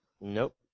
Nope